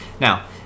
Now